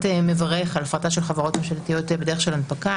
מברך על הפרטה של חברות ממשלתיות בדרך של הנפקה